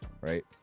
right